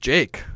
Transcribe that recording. Jake